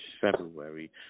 February